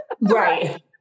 Right